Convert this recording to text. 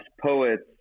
poets